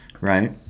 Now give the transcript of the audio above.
right